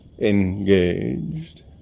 Engaged